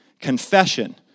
Confession